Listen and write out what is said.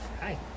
hi